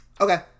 Okay